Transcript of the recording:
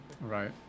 Right